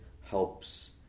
helps